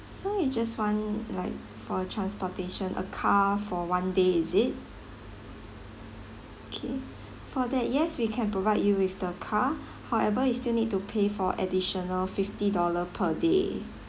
so you just want like for transportation a car for one day is it okay for that yes we can provide you with the car however you still need to pay for additional fifty dollar per day